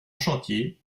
chantier